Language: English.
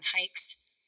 hikes